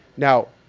now,